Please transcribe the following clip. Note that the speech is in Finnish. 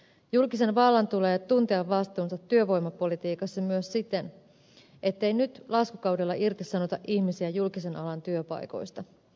julkisen vallan tulee tuntea vastuunsa työvoimapolitiikassa myös siten ettei nyt laskukaudella irtisanota ihmisiä julkisen alan työpaikoista